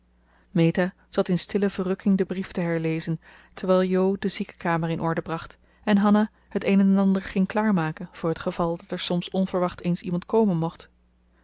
meta zat in stille verrukking den brief te herlezen terwijl jo de ziekenkamer in orde bracht en hanna het een en ander ging klaar maken voor t geval dat er soms onverwachts eens iemand komen mocht